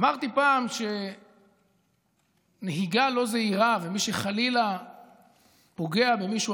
אמרתי פעם שנהיגה לא זהירה ומי שחלילה פוגע במישהו